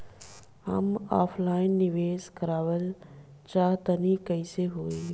हम ऑफलाइन निवेस करलऽ चाह तनि कइसे होई?